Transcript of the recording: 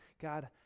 God